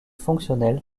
fonctionnelle